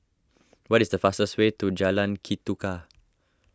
what is the fastest way to Jalan Ketuka